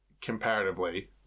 comparatively